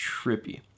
trippy